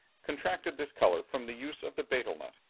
contracted this colour from the use of the betel-nut.